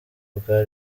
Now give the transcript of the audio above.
bwa